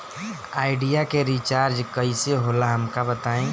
Idea के recharge कईसे होला हमका बताई?